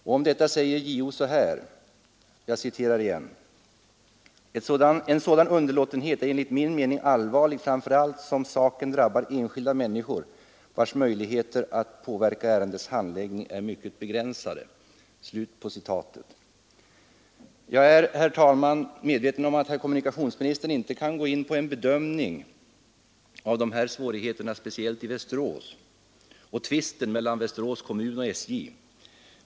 Om detta säger JO så här: ”En sådan underlåtenhet är enligt min mening allvarlig, framför allt som saken drabbar enskilda personer vars möjligheter att påverka ärendets handläggning är mycket begränsade.” Jag är, herr talman, medveten om att herr kommunikationsministern inte kan gå in på en bedömning av dessa svårigheter speciellt i Västerås och tvisten mellan Västerås kommun och SJ.